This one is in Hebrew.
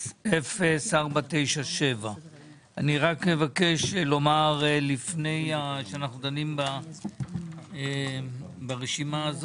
2023-000497. לפני שאנחנו דנים ברשימה,